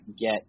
get